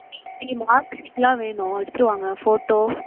இங்கே மார்க்ஷீட்லாம் வேணும் எடுத்துகிட்டு வாங்க ஃபோட்டோ